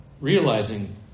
realizing